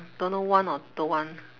don't know want or don't want